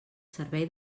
servei